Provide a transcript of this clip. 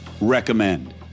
recommend